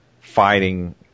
fighting